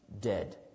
dead